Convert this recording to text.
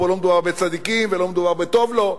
פה לא מדובר בצדיקים ולא מדובר בטוב לו.